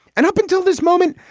and up until this moment,